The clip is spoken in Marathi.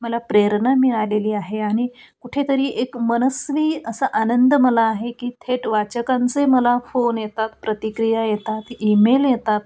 मला प्रेरणा मिळालेली आहे आणि कुठेतरी एक मनस्वी असा आनंद मला आहे की थेट वाचकांचे मला फोन येतात प्रतिक्रिया येतात ईमेल येतात